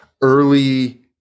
early